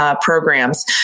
programs